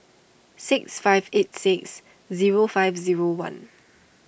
six five eight six zero five zero one